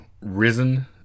risen